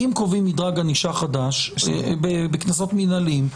אם קובעים מדרג ענישה חדש בקנסות מינהליים,